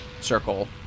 circle